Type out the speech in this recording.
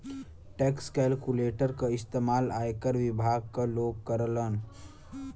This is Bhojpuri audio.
टैक्स कैलकुलेटर क इस्तेमाल आयकर विभाग क लोग करलन